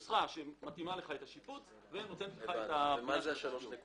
יש לך נוסחה שמתאימה לך את השיפוץ ונותנת לך -- מה זה ה-3.6?